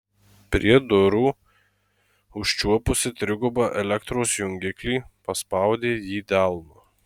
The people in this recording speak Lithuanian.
prie durų užčiuopusi trigubą elektros jungiklį paspaudė jį delnu